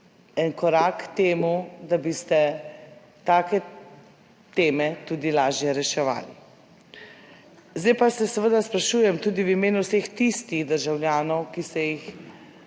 en korak k temu, da bi se take teme tudi lažje reševali. Zdaj pa se seveda sprašujem tudi v imenu vseh tistih državljanov, ki se jih